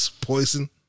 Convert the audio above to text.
Poison